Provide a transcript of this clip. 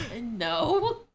No